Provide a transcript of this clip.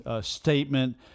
statement